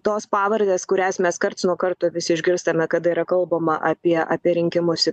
tos pavardės kurias mes karts nuo karto vis išgirstame kad yra kalbama apie apie rinkimus